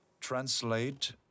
Translate